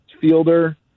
fielder